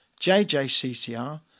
JJCCR